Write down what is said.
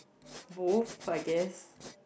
both I guess